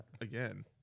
Again